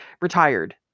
retired